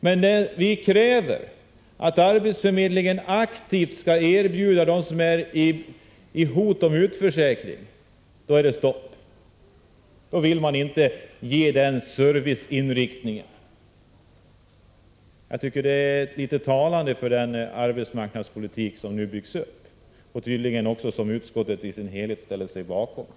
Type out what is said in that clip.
När vpk kräver att arbetsförmedlingen aktivt hjälper dem som hotas av utförsäkring är det stopp — då finns inte serviceinriktningen. Det är talande för den arbetsmarknadspolitik som nu byggs upp och som utskottet i dess helhet tydligen ställer sig bakom.